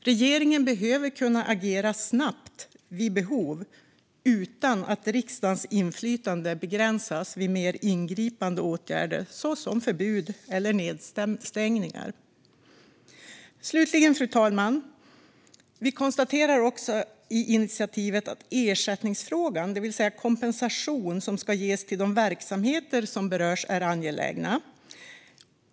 Regeringen måste kunna agera snabbt vid behov utan att riksdagens inflytande begränsas vid mer ingripande åtgärder såsom förbud eller nedstängningar. Slutligen, fru talman, konstaterar vi i initiativet också att frågan om ersättning, det vill säga kompensation som ska ges till de verksamheter som berörs, är angelägen.